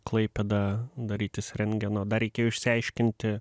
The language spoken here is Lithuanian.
klaipėdą darytis rentgeno dar reikėjo išsiaiškinti